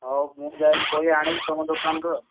ହଉ ମୁଁ ଯାଇକି ବହି ଆଣିବି ତୁମ ଦୋକାନରୁ ଆଉ